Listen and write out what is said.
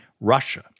Russia